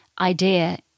idea